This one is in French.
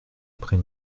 après